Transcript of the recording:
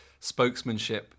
spokesmanship